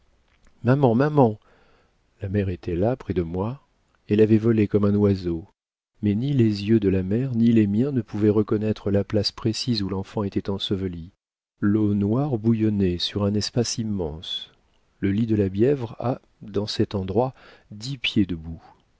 maman maman la mère était là près de moi elle avait volé comme un oiseau mais ni les yeux de la mère ni les miens ne pouvaient reconnaître la place précise où l'enfant était enseveli l'eau noire bouillonnait sur un espace immense le lit de la bièvre a dans cet endroit dix pieds de